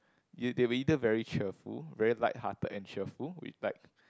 you they were either very cheerful very lighthearted and cheerful like